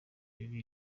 bibiri